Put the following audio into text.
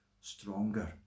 stronger